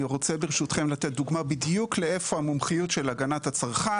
אני רוצה ברשותכם לתת דוגמה בדיוק לאיפה המומחיות של הגנת הצרכן